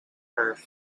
earth